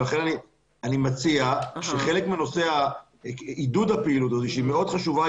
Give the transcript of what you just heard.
אני מציע שנושא עידוד הפעילות הזאת שהיא מאוד חשובה,